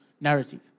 narrative